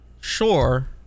Sure